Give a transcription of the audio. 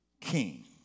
king